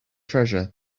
treasure